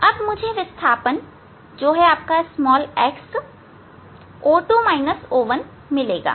अब मुझे विस्थापन x O2 O1 मिलेगा